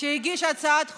שהגיש הצעת חוק,